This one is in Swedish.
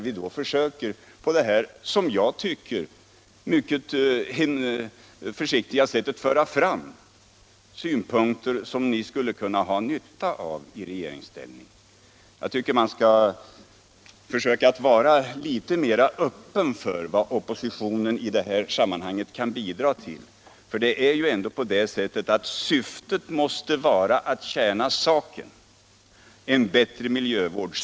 Vi försöker på detta som jag tycker mycket försiktiga sätt föra fram synpunkter som ni kunde ha nytta av i regeringsställning. Ni borde försöka vara litet mer öppna för vad oppositionen kan bidra med. Syftet måste ju ändå vara att tjäna saken — en bättre miljövård.